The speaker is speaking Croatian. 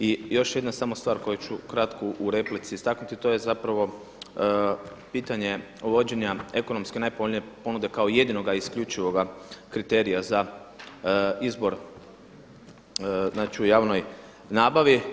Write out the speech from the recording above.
I još jedna samo stvar koju ću kratko u replici istaknuti to je zapravo pitanje uvođenja ekonomski najpovoljnije ponude kao jedinoga isključivoga kriterija za izbor znači u javnoj nabavi.